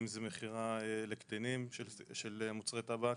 מכירה לקטינים של מוצרי טבק,